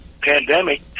pandemic